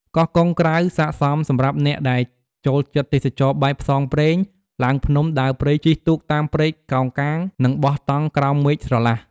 កោះកុងក្រៅស័ក្តិសមសម្រាប់អ្នកដែលចូលចិត្តទេសចរណ៍បែប ផ្សងព្រេង ឡើងភ្នំ ដើរព្រៃ ជិះទូកតាមព្រែកកោងកាង និងបោះតង់ ក្រោមមេឃស្រឡះ។